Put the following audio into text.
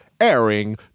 airing